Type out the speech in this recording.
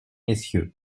messieurs